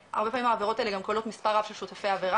הרבה פעמים העבירות האלה גם כוללות מספר רב של שותפי עבירה,